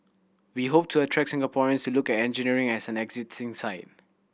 we hope to attract Singaporeans to look at engineering as an exciting site